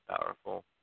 powerful